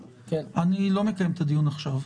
אני לא מקיים את הדיון עכשיו.